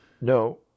No